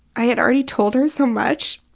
i'd already told her so much